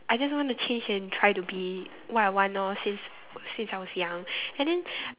I just want to change and try to be what I want lor since since I was young and then